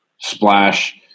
splash